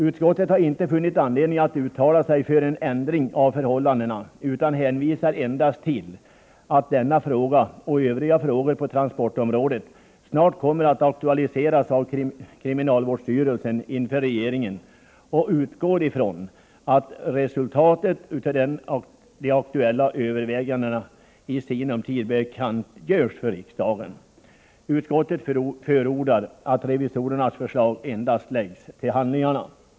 Utskottet har inte funnit anledning att uttala sig för en ändring av förhållandena utan hänvisar endast till att denna fråga och övriga frågor på transportområdet snart kommer att aktualiseras av kriminalvårdsstyrelsen inför regeringen, och utskottet utgår från att resultatet av de aktuella övervägandena i sinom tid bekantgörs för riksdagen. Utskottet förordar att revisorernas förslag endast läggs till handlingarna.